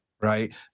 right